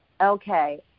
Okay